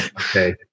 Okay